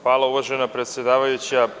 Hvala uvažena predsedavajuća.